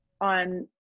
on